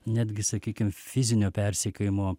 netgi sakykim fizinio persekiojimo